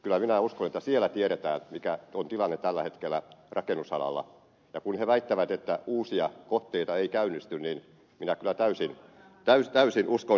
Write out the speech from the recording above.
kyllä minä uskon että siellä tiedetään mikä on tilanne tällä hetkellä rakennusalalla ja kun he väittävät että uusia kohteita ei käynnisty niin minä kyllä täysin uskon heitä